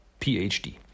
PhD